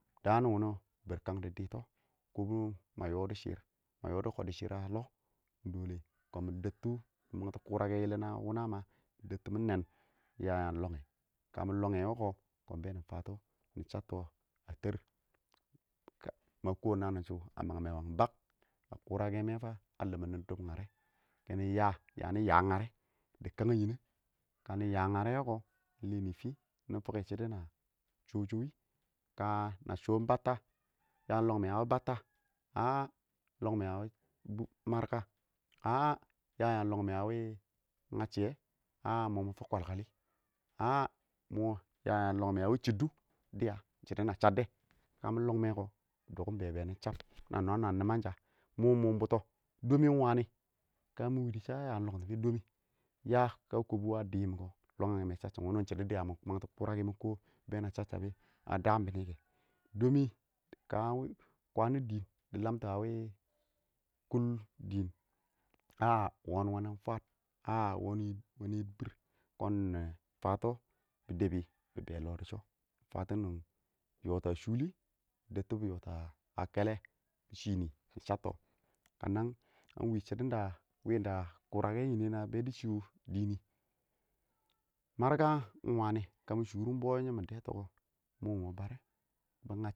daan wʊni berkang dɪ dɪtɔ kʊbʊ, ma yɔbɔ shɪrr ma yɔdɔ kɔdɔshɪr a lɔ ɪng kʊn mɪ debtʊ mɪ mangtɔ kʊrakɛ yɪlɪn a wʊna ma mʊ bebtʊ mɪ nɛɛn yan ya lɔngɛ, kamɪ lɔgɛ wʊ kɔ kɔn be nɪ fatɔ nɪ shattɔ a teer ma kɔ naan shʊ a mang mɛ wangɪn, a mangmɛ kɪng bak a kʊrakefa a limin nɪ dʊb ngare, kɪnɪ ya yayi yaah ngare dɪ kang nɪya ka nɪ yaah ngare wʊ,a lɛ nɪ fɪ, kɪnɪ shʊdʊ na sho sho wɪ, ka na shoon baata, ya lɔgɛ, a wɪ batta aa lɔng mɛ a wɪ marka yang lɔng mɪ a wɪ nganchiye mɪ fʊk kwal kwal lɪ mɪ ya yang lɔng mɛ a wɪ chiddʊs dɪya shɪdɔ na chadde kamɪ lɔng mɛ kɔ, dɔkɪn be bɛ nɪ chab na nwam-nwa nɪmansha, mʊm mʊm bʊtɔ dɔmi ɪng wanɪ kamɪ wɪ dɪ shɛ yan lɔng time domɪ, ya kə kɔbɔ wɔ a dibɔ kɔn lɔng ɪ chachchʊm bɪnɪ nɛ wɔ mʊ mang tɔ kʊrake makɔ daam bɪnɪ kɛ, dɔmi kanʊ dɪ lamtʊ a wɪ kʊl dɪɪn wɔnng fwaəd aah wɔn yidibɔr kʊn nɪ fatɔ bɪ debi bɪ bɛɛ chɪ dɪ shɔ nɪ fatɔ nɪ yata shʊli bɪ debi bɪ yatɔ kɛlɛ bɪ shinɪ nɪɪ fatɔ nɪ chabtɔ ɪng wɪ shɪdɔn wɪnda kʊrakɛn kɪmɛ na bɛ shʊ dɪɪn nɪ. Marka ɪng wanɪ ka mɪ shʊrʊm bɔyɔ mɪ dɛ tʊ, mʊʊ mʊʊ barɛ.